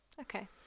Okay